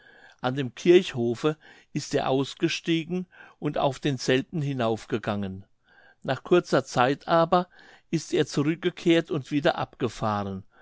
an dem kirchhofe ist er ausgestiegen und auf denselben hinaufgegangen nach kurzer zeit aber ist er zurückgekehrt und wieder abgefahren